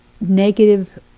Negative